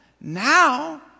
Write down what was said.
now